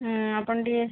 ହୁଁ ଆପଣ ଟିକିଏ